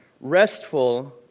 restful